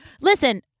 Listen